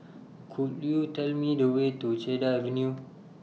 Could YOU Tell Me The Way to Cedar Avenue